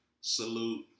Salute